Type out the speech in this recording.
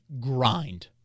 grind